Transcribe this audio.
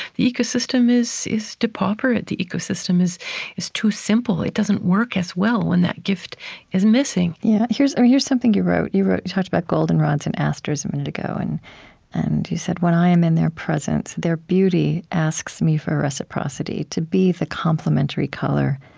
the ecosystem is is depauperate, the ecosystem is is too simple. it doesn't work as well when that gift is missing yeah here's um here's something you wrote. you talked about goldenrods and asters a minute ago, and and you said, when i am in their presence, their beauty asks me for reciprocity, to be the complementary color,